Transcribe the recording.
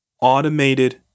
automated